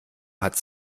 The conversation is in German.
hat